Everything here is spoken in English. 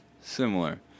Similar